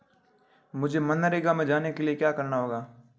मुझे मनरेगा में जाने के लिए क्या करना होगा?